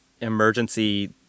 emergency